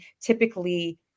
typically